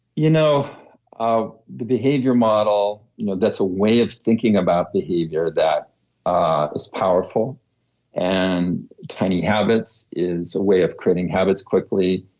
you know ah the behavior model you know that's a way of thinking about behavior that ah is powerful and tiny habits is a way of creating habits quickly.